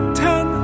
ten